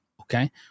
okay